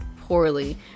poorly